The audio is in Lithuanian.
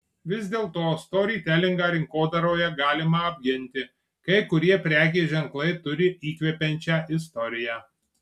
vis dėlto storytelingą rinkodaroje galima apginti kai kurie prekės ženklai turi įkvepiančią istoriją